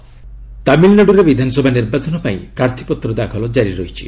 TM nomination ତାମିଲନାଡୁରେ ବିଧାନସଭା ନିର୍ବାଚନ ପାଇଁ ପ୍ରାର୍ଥୀପତ୍ର ଦାଖଲ ଜାରି ରହିଛି